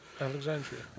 Alexandria